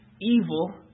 evil